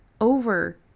over